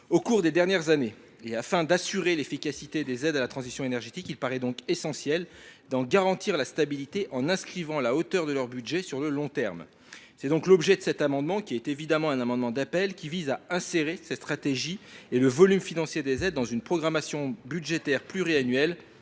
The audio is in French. au cours des dernières années. Afin d’assurer l’efficacité des aides à la transition énergétique, il paraît essentiel d’en garantir la stabilité, en inscrivant la hauteur de leur budget sur le long terme. C’est l’objet de cet amendement d’appel, qui vise à insérer cette stratégie et le volume financier des aides dans une programmation budgétaire pluriannuelle,